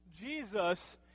Jesus